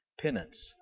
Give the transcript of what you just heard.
penance